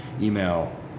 email